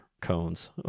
cones